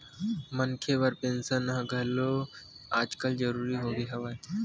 मनखे बर पेंसन ह घलो आजकल जरुरी होगे हवय